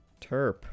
terp